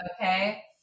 Okay